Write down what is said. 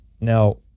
Now